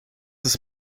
ist